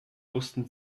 wussten